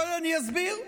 אסביר.